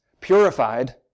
purified